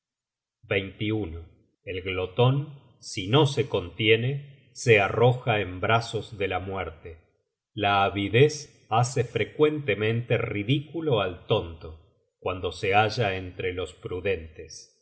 dormir el gloton si no se contiene se arroja en brazos de la muerte la avidez hace frecuentemente ridículo al tonto cuando se halla entre los prudentes